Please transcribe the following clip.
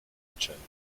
milczenie